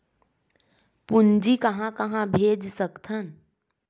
पूंजी कहां कहा भेज सकथन?